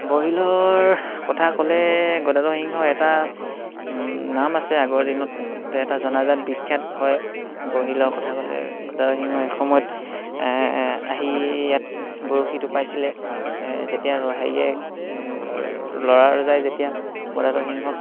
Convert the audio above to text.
বহিলৰ কথা ক'লে গদাধৰ সিংহৰ এটা নাম আছে আগৰ দিনত যে এটা জনাজাত বিখ্যাত হয় বহিলৰ কথা ক'লে গদাধৰ সিংহই এসময়ত আহি ইয়াত বৰশীটো পাইছিলে যেতিয়া হেৰিয়ে ল'ৰাই যায় যেতিয়া গদাধৰ সিংহক